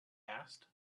asked